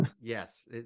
yes